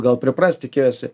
gal pripras tikėjosi